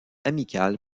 amical